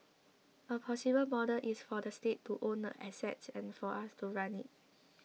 a possible model is for the state to own the assets and for us to run it